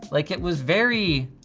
like it was very,